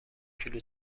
کیلو